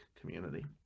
community